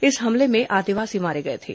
इस हमले में आदिवासी मारे गए थे